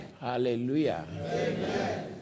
Hallelujah